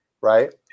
right